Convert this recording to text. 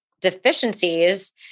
deficiencies